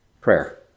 Prayer